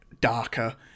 darker